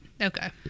okay